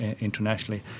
internationally